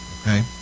okay